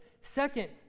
Second